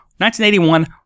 1981